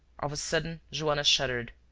of a sudden joanna shuddered.